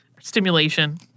stimulation